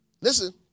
Listen